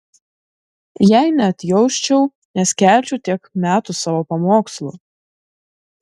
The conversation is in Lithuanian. jei neatjausčiau neskelbčiau tiek metų savo pamokslų